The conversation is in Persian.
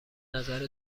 نظر